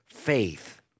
faith